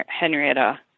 Henrietta